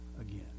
again